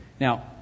Now